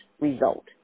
result